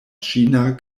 ĉina